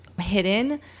hidden